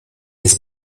his